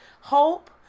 hope